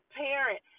parent